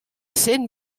cent